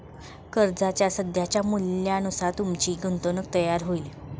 कर्जाच्या सध्याच्या मूल्यानुसार तुमची गुंतवणूक तयार होईल